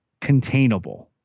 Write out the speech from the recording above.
containable